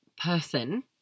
person